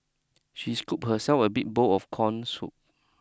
she scoop herself a big bowl of corn soup